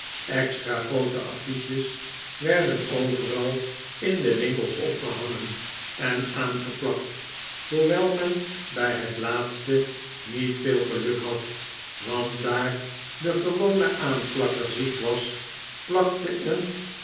extra groote affiches werden overal in de winkels opgehangen en aangeplakt hoewel men bij het laatste niet veel geluk had want daar de gewone aahplakker ziek was plakte een